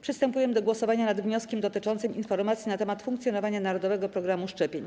Przystępujemy do głosowania nad wnioskiem dotyczącym informacji na temat funkcjonowania narodowego programu szczepień.